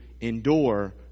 endure